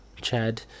Chad